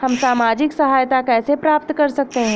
हम सामाजिक सहायता कैसे प्राप्त कर सकते हैं?